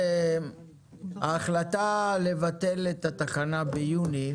ההחלטה לבטל את התחנה ביוני